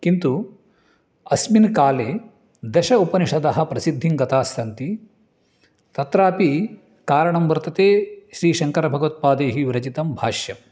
किन्तु अस्मिन् काले दश उपनिषदः प्रसिद्धिं गताः सन्ति तत्रापि कारणं वर्तते श्री शङ्करभगवत्पादैः विरचितं भाष्यम्